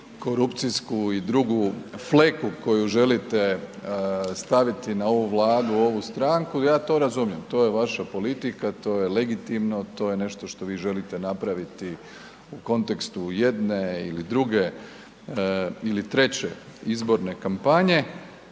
korupcijsku ili drugu fleku koju želite staviti na ovu Vladu, ovu stranku, ja to razumijem. To je vaša politika, to je legitimno, to je nešto što vi želite napraviti u kontekstu jedne ili druge ili treće izborne kampanje